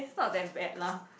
it's not that bad lah